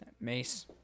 mace